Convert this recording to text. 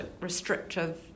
restrictive